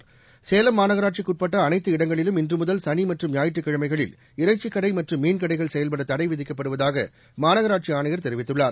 மோகன் சேலம் மாநகராட்சிக்குட்பட்ட அனைத்து இடங்களிலும் இன்று முதல் சனி மற்றும் ஞாயிற்றுக்கிழமைகளில் இறைச்சிக் கடை மற்றும் மீன் கடைகள் செயல்பட தடை விதிக்கப்படுவதாக மாநகராட்சி ஆணையர் தெரிவித்துள்ளார்